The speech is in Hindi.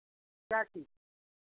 क्या चीज़